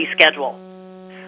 schedule